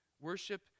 Worship